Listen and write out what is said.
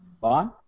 Bond